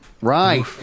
Right